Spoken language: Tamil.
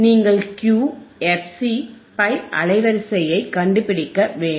நீங்கள் Q fC பை அலைவரிசைஐக் கண்டுபிடிக்க வேண்டும்